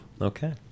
Okay